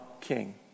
king